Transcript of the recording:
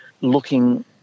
looking